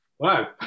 Wow